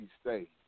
State